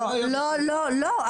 לא, לא, לא.